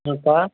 हो का